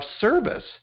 service